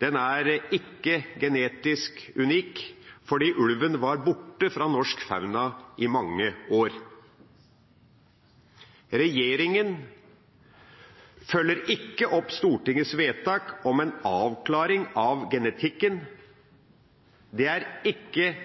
Den er ikke genetisk unik, for ulven var borte fra norsk fauna i mange år. Regjeringa følger ikke opp Stortingets vedtak om en avklaring av genetikken. Det er ikke